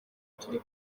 turi